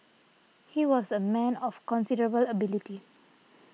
he was a man of considerable ability